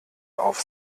auf